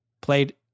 played